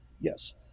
Yes